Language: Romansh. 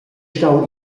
stau